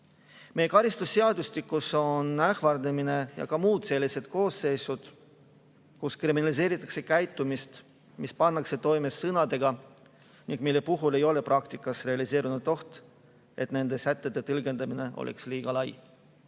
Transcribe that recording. Meie karistusseadustikus on ähvardamine ja muud sellised [kuriteo]koosseisud, kus kriminaliseeritakse käitumist, mis pannakse toime sõnadega ning mille puhul ei ole praktikas realiseerunud oht, et nende sätete tõlgendamine oleks liiga lai.